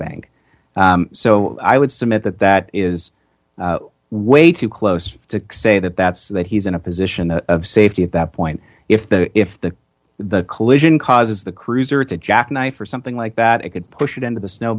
bank so i would submit that that is way too close to say that that's that he's in a position of safety at that point if the if the the collision causes the cruiser to jacknife or something like that it could push it into the snow